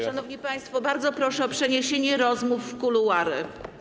Szanowni państwo, bardzo proszę o przeniesienie rozmów w kuluary.